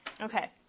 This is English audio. Okay